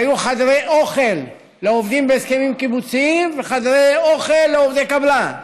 שהיו חדרי אוכל לעובדים בהסכמים קיבוציים וחדרי אוכל לעובדי קבלן,